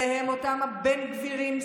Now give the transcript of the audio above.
אלה הם אותם בן גבירים,